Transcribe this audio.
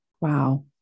Wow